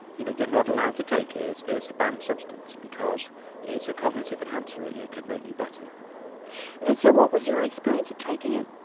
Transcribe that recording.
you know you're not allowed to take it, it's it's a banned substance because it's a cognitive enhancer, it yeah it can make you better. and so what was your experience of taking it?